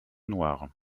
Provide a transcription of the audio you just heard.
noir